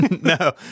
No